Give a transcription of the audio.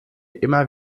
immer